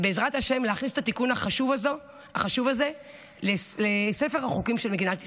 ובעזרת השם להכניס את התיקון החשוב הזה לספר החוקים של מדינת ישראל.